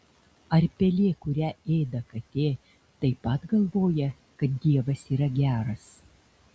ar pelė kurią ėda katė taip pat galvoja kad dievas yra geras